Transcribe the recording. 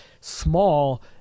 small